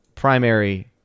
primary